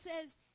says